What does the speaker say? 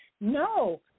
No